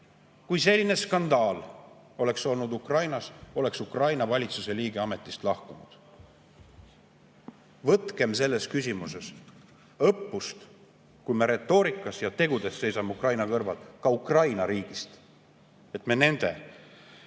kui selline skandaal oleks olnud Ukrainas, oleks Ukraina valitsuse liige ametist lahkunud. Võtkem selles küsimuses õppust, kui me retoorikas ja tegudes seisame Ukraina kõrval, ka Ukraina riigist, et me nende